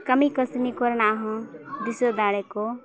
ᱠᱟᱹᱢᱤ ᱠᱟᱹᱥᱱᱤ ᱠᱚᱨᱮᱱᱟᱜ ᱦᱚᱸ ᱫᱤᱥᱟᱹ ᱫᱟᱲᱮ ᱠᱚ